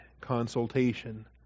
consultation